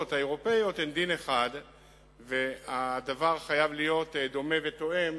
האירופיות הוא דין אחד והדבר חייב להיות דומה ותואם